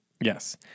Yes